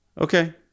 Okay